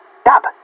stop